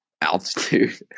altitude